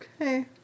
Okay